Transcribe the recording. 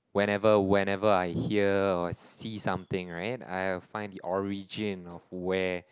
whenever whenever I hear or see something right I'll find the origin of where